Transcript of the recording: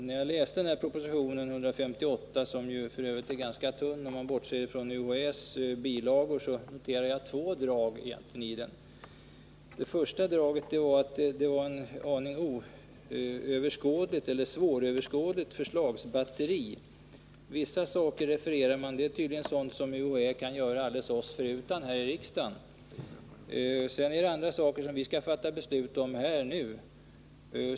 När jag läste proposition 158, som ju f. ö. är ganska tunn, om man bortser från UHÄ:s bilagor, noterade jag två drag i den. Det första draget var att förslagsbatteriet var en aning svåröverskådligt. Man refererar vissa saker som tydligen är sådant som UHÄ kan göra oss här i riksdagen förutan. Sedan är det andra saker som vi här nu skall fatta beslut om.